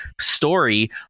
story